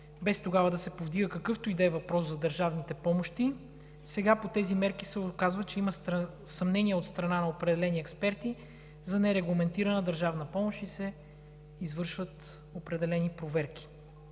без тогава да се повдига какъвто и да е въпрос за държавните помощи, по тези мерки се оказва, че има съмнение от страна на определени експерти за нерегламентирана държавна помощ и се извършват определени проверки.